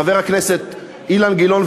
חבר הכנסת אילן גילאון,